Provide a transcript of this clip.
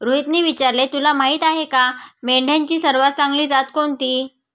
रोहितने विचारले, तुला माहीत आहे का मेंढ्यांची सर्वात चांगली जात कोणती?